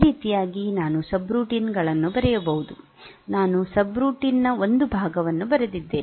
ಈ ರೀತಿಯಾಗಿ ನಾನು ಸಬ್ರೂಟೀನ್ ಗಳನ್ನು ಬರೆಯಬಹುದು ನಾನು ಸಬ್ರುಟೀನ್ ನ ಒಂದು ಭಾಗವನ್ನು ಬರೆದಿದ್ದೇನೆ